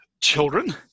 children